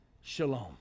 shalom